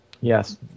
Yes